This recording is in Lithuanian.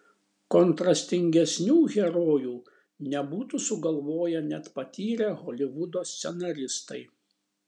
kontrastingesnių herojų nebūtų sugalvoję net patyrę holivudo scenaristai